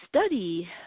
study